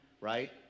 right